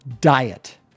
Diet